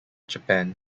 japan